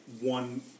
one